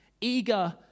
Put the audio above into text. eager